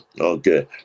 okay